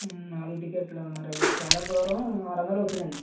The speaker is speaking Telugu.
నాలుగు టిక్కెట్లా మరి అది చాలా దూరం ఆరు వందలు అవుతుంది అండి